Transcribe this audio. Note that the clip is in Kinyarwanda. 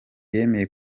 yemeye